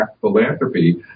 philanthropy